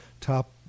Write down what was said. top